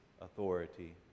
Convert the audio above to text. authority